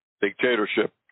dictatorship